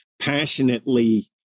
passionately